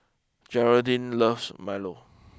Gearldine loves Milo